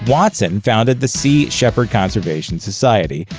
watson founded the sea shepherd conservation society,